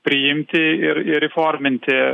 priimti ir ir įforminti